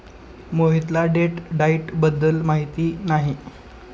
मोहितला date diet बद्दल माहिती नाही